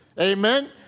Amen